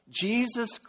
Jesus